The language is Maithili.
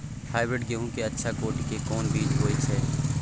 हाइब्रिड गेहूं के अच्छा कोटि के कोन बीज होय छै?